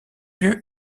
lieu